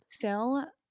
Phil